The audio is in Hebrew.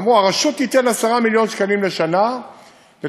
אמרו: הרשות תיתן 10 מיליון שקלים לשנה לתגבר